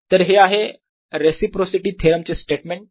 तर हे आहे रेसिप्रोसिटी थेरम चे स्टेटमेंट